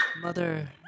Mother